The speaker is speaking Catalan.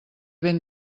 ben